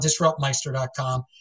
DisruptMeister.com